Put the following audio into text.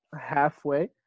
halfway